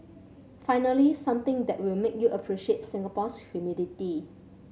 finally something that will make you appreciate Singapore's humidity